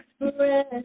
express